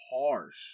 harsh